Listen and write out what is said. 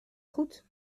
goed